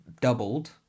doubled